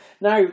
Now